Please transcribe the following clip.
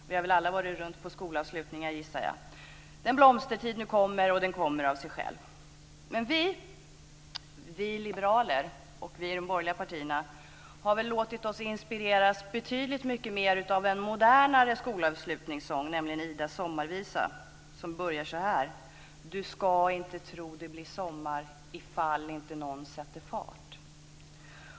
Vi har väl alla varit på skolavslutningar. Den blomstertid nu kommer, och den kommer av sig själv. Vi liberaler och vi i de borgerliga partierna har nog låtit oss inspireras betydligt mer av en modernare skolavslutningssång, nämligen Idas sommarvisa som börjar så här: Du ska inte tro det blir sommar ifall inte nån sätter fart.